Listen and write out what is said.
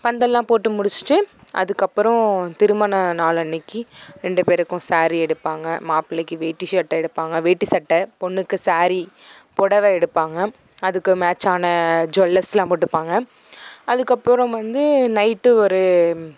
பந்தல் எல்லாம் போட்டு முடிச்சிவிட்டு அதுக்கப்புறம் திருமண நாள் அன்னைக்கு ரெண்டு பேருக்கும் சாரி எடுப்பாங்க மாப்பிள்ளைக்கு வேட்டி ஷேர்ட்ட எடுப்பாங்க வேட்டி சட்டை பொண்ணுக்கு சாரீ புடவை எடுப்பாங்க அதுக்கு மேட்சான ஜொல்லர்ஸ் எல்லாம் போட்டுப்பாங்க அதுக்கப்புறம் வந்து நைட்டு ஒரு